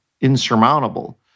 insurmountable